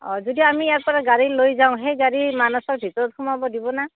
অঁ যদি আমি ইয়াৰ পৰা গাড়ী লৈ যাওঁ সেই গাড়ী মানাহৰ ভিতৰত সোমাব দিব না